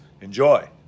Enjoy